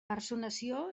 personació